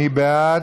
מי בעד?